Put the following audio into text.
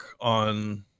on